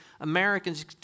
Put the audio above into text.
Americans